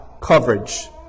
coverage